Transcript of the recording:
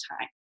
time